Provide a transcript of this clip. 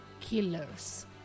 killers